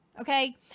okay